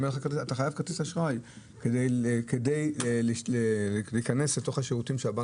אתה חייב כרטיס אשראי כדי להיכנס אל תוך השירותים שהבנק